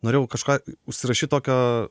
norėjau kažką užsirašyt tokio